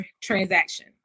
transaction